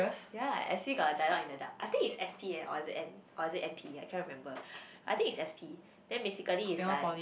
ya S_P got a dialogue in the dark I think it's S_P eh or is it N or is it N_P I can't remember I think is S_P then basically is like